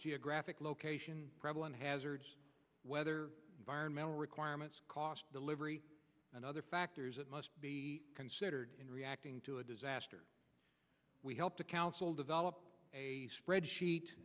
geographic location problem hazards weather environmental requirements cost delivery and other factors that must be considered in reacting to a disaster we helped a council develop a spreadsheet